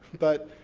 but,